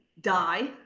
die